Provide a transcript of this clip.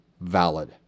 valid